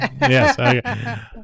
Yes